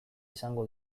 izango